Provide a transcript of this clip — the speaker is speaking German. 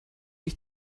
ich